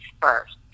first